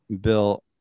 Bill